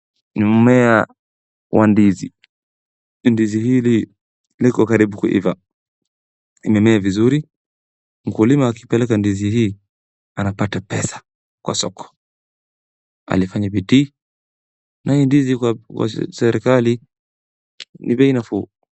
Ni mmea wa ndizi. Ndizi hili liko karibu kuiva, limemea vizuri, mkulima akipeleka kuuza ndizi hii anapata pesa kwa soko . Alifanya bidii na hii ndizi kwa serikali ni bei nafuu.